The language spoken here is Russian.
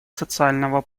социального